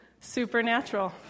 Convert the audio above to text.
supernatural